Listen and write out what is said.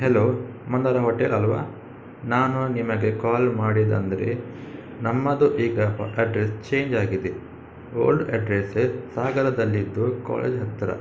hello Mandara hotel ಅಲ್ಲವಾ ನಾನು ನಿಮಗೆ ಕಾಲ್ ಮಾಡಿದ್ದು ಅಂದರೆ ನಮ್ಮದು ಈಗ ಅಡ್ರೆಸ್ ಚೇಂಜ್ ಆಗಿದೆ ಓಲ್ಡ್ ಅಡ್ರೆಸ ಸಾಗರದಲ್ಲಿದ್ದು ಕಾಲೇಜ್ ಹತ್ತಿರ